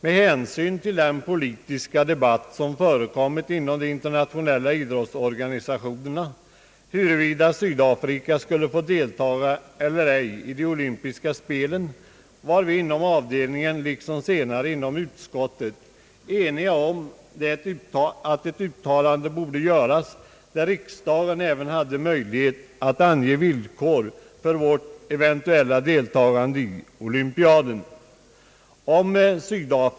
Med hänsyn till den politiska debatt som har förekommit inom de internationella idrottsorganisationerna, huruvida «Sydafrika skulle få delta eller ej i de olympiska spelen, var vi inom avdelningen liksom senare inom utskottet eniga om att ett uttalande borde göras, där riksdagen även hade möjlighet att ange villkor för vårt eventuella deltagande i olympiaden.